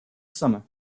summer